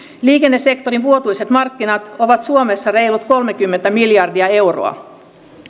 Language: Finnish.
liikennesektorin vuotuiset markkinat ovat suomessa reilut kolmekymmentä miljardia euroa